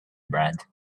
bread